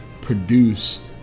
produce